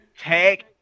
Tag